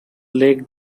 lake